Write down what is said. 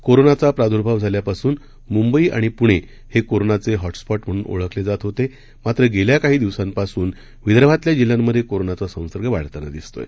कोरोनाचा प्रादुर्भाव झाल्यापासून मुंबई आणि पुणे हे कोरोनाचे हॉटस्पॉट म्हणून ओळखले जात होते मात्र गेल्या काही दिवसांपासून विदर्भातल्या जिल्ह्यांमधे कोरोनाचा संसर्ग वाढताना दिसतोय